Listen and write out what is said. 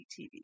tv